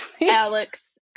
Alex